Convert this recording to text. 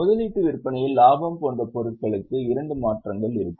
முதலீட்டு விற்பனையில் லாபம் போன்ற பொருட்களுக்கு இரண்டு மாற்றங்கள் இருக்கும்